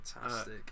Fantastic